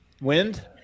Wind